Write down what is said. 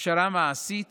הכשרה מעשית